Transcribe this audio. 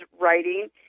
writing